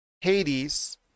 Hades